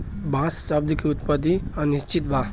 बांस शब्द के उत्पति अनिश्चित बा